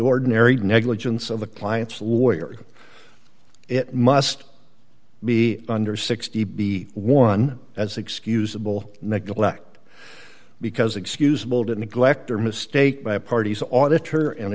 ordinary negligence of the client's lawyer it must be under sixty b one as excusable neglect because excusable to neglect or mistake by a party's auditor an